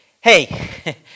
hey